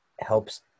helps